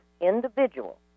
individual